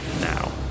now